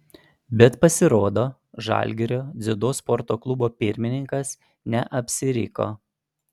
bet pasirodo žalgirio dziudo sporto klubo pirmininkas neapsiriko